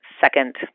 second